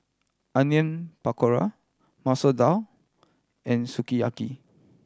Onion Pakora Masoor Dal and Sukiyaki